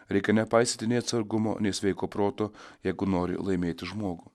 reikia nepaisyti nei atsargumo nei sveiko proto jeigu nori laimėti žmogų